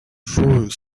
free